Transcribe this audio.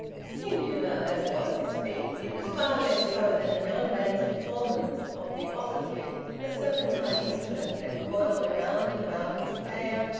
singular as was this feat, it was far less so than a young man's performance of the ophicleide, a serpentine instrument that coiled round and about its player,